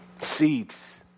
Seeds